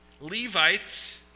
Levites